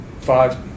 five